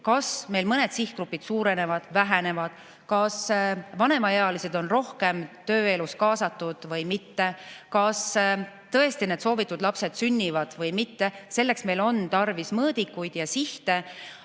Kas meil mõned sihtgrupid suurenevad või vähenevad? Kas vanemaealised on tööellu rohkem kaasatud või mitte? Kas tõesti need soovitud lapsed sünnivad või mitte? Selleks on meil tarvis mõõdikuid ja sihte.